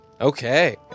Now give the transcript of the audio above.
Okay